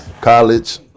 College